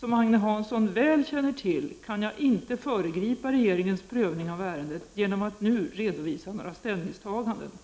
Som Agne Hansson väl känner till kan jag inte föregripa regeringens prövning av ärendet genom att nu redovisa några ställningstaganden.